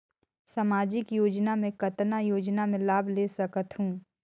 समाजिक योजना मे कतना योजना मे लाभ ले सकत हूं?